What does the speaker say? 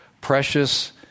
precious